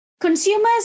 consumers